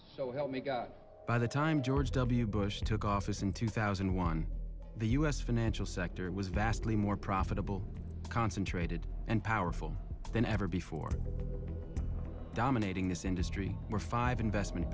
and by the time george w bush took office in two thousand and one the us financial sector was vastly more profitable concentrated and powerful than ever before dominating this industry were five investment